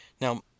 Now